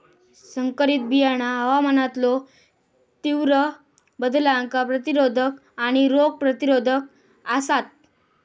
संकरित बियाणा हवामानातलो तीव्र बदलांका प्रतिरोधक आणि रोग प्रतिरोधक आसात